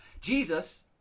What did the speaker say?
Jesus